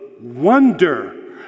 wonder